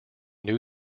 new